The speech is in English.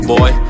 Boy